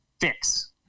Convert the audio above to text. fix